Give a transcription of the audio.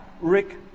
Rick